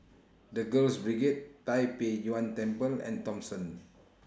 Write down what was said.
The Girls Brigade Tai Pei Yuen Temple and Thomson